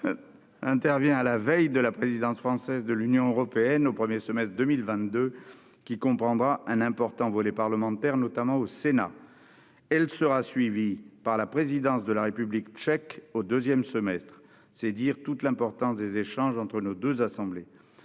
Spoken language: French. demain. Cette visite intervient à la veille de la présidence française de l'Union européenne au premier semestre 2022, laquelle comprendra un important volet parlementaire, notamment au Sénat. Elle sera suivie par la présidence de la République tchèque au second semestre. C'est dire toute l'importance des échanges entre nos deux assemblées.